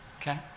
Okay